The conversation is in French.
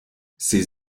ses